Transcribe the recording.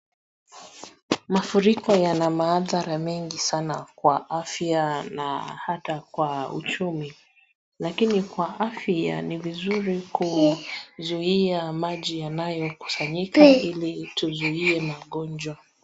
Mafuriko yana madhara mengi sana kwa afya na hata kwa uchumi. Lakini kwa afya ni vizuri kuzuia maji yanayokusanyika ili tuzuiye magonjwa.